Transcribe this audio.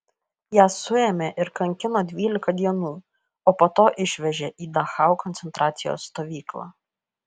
ją suėmė ir kankino dvylika dienų o po to išvežė į dachau koncentracijos stovyklą